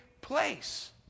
place